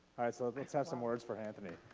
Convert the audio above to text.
sort of let's have some words for anthony,